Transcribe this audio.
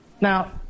Now